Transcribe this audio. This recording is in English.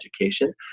education